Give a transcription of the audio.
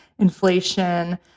inflation